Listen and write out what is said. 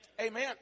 Amen